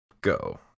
go